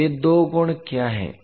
तो वे दो गुण क्या हैं